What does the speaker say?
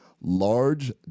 large